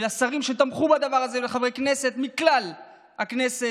לשרים שתמכו בדבר הזה ולחברי כנסת מכלל הכנסת,